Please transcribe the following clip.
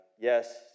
yes